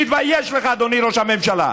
תתבייש לך, אדוני ראש הממשלה.